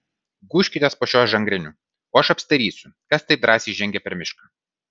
gūžkitės po šiuo žagreniu o aš apsidairysiu kas taip drąsiai žengia per mišką